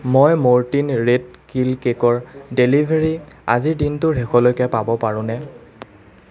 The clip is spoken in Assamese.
মই ম'ৰ্টিন ৰেট কিল কেকৰ ডেলিভাৰী আজিৰ দিনটোৰ শেষলৈকে পাব পাৰোঁনে